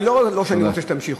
לא שאני רוצה שתמשיכו,